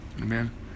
Amen